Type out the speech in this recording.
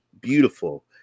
Beautiful